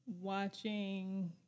watching